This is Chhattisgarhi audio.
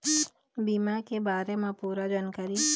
बीमा के बारे म पूरा जानकारी?